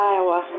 Iowa